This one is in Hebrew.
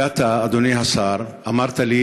ואתה, אדוני השר, אמרת לי